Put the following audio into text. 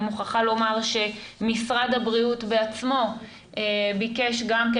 אני מוכרחה לומר שמשרד הבריאות בעצמו ביקש גם כן